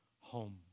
home